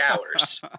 hours –